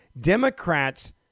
Democrats